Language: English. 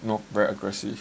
keep know very aggressive